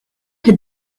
had